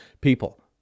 people